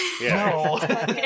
No